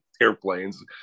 airplanes